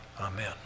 Amen